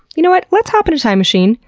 you know what? let's hop in a time machine.